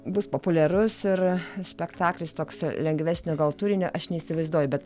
bus populiarus ir spektaklis toks lengvesnio gal turinio aš neįsivaizduoju bet